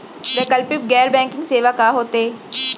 वैकल्पिक गैर बैंकिंग सेवा का होथे?